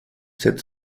sept